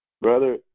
Brother